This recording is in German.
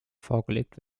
vorgelegt